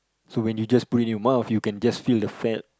so when it just put it in your mouth you can just feel the fat